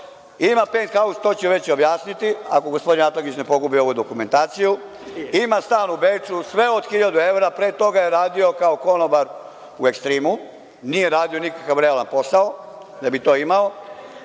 ima pent haus, to ću već objasniti, ako gospodin Atlagić ne pogubi ovu dokumentaciju, ima stan u Beču, sve od 1.000 evra. Pre toga je radio kao konobar u „Ekstrimu“, nije radio nikakav realan posao da bi to imao,